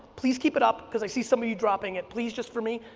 please keep it up because i see some of you dropping it, please just for me.